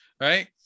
right